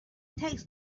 tax